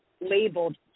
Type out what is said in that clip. labeled